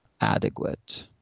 adequate